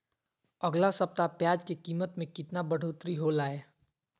अगला सप्ताह प्याज के कीमत में कितना बढ़ोतरी होलाय?